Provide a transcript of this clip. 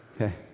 Okay